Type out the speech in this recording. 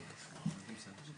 שבעצם הוראת השעה